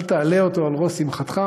אל תעלה אותו על ראש שמחתך,